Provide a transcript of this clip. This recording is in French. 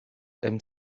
aime